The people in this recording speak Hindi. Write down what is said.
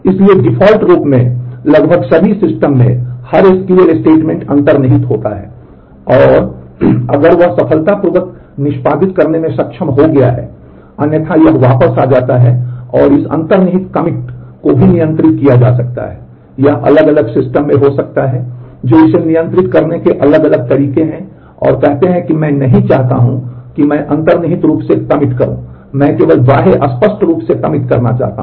इसलिए डिफ़ॉल्ट रूप से लगभग सभी सिस्टम में हर SQL स्टेटमेंट अंतर्निहित होता है और अगर वह सफलतापूर्वक निष्पादित करने में सक्षम हो गया है अन्यथा यह वापस आ जाता है और इस अंतर्निहित कमिट को भी नियंत्रित किया जा सकता है यह अलग अलग सिस्टम में हो सकता है जो इसे नियंत्रित करने के अलग अलग तरीके हैं और कहते हैं कि मैं नहीं चाहता हूं कि मैं अंतर्निहित रूप से कमिट करूं मैं केवल केवल बाह्य स्पष्ट रूप से कमिट करना चाहता हूँ